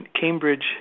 Cambridge